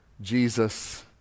Jesus